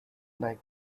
like